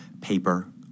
paper